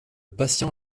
patient